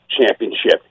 championship